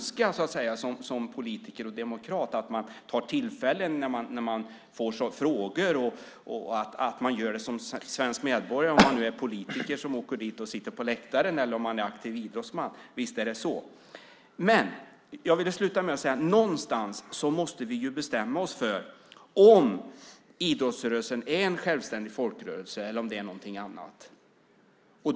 Som politiker och demokrat kan jag önska att man som svensk medborgare, om man är politiker som sitter på läktaren eller om man är aktiv idrottsman, tar tillfället när man får frågor. Men jag vill slutligen säga att vi någonstans måste bestämma oss för om idrottsrörelsen är en självständig folkrörelse eller om den är någonting annat.